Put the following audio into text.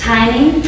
Timing